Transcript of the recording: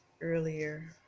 earlier